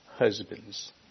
Husbands